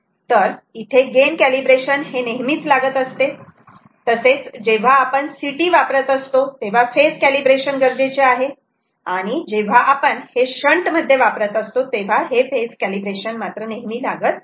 तर इथे gain calibration हे नेहमीच लागत असते तसेच जेव्हा आपण CT वापरत असतो तेव्हा फेज कॅलिब्रेशन गरजेचे आहे आणि जेव्हा आपण हे शंट मध्ये वापरत असतो तेव्हा हे फेज कॅलिब्रेशन नेहमी लागत नाही